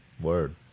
Word